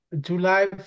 July